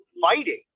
fighting